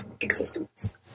existence